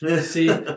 See